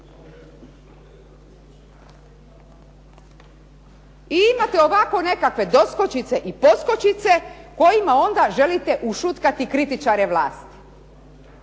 I imate ovako nekakve doskočice i poskočice kojima onda želite ušutkati kritičare vlasti.